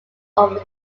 over